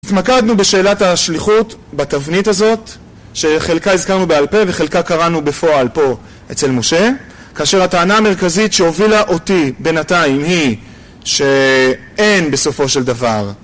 התמקדנו בשאלת השליחות בתבנית הזאת, שחלקה הזכרנו בעל פה וחלקה קראנו בפועל פה אצל משה, כאשר הטענה המרכזית שהובילה אותי בינתיים היא שאין בסופו של דבר